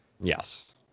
Yes